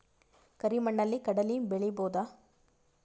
ಕರಿ ಮಣ್ಣಲಿ ಕಡಲಿ ಬೆಳಿ ಬೋದ?